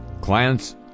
clients